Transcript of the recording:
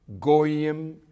goyim